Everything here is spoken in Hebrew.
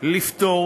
לפתור